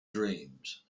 dreams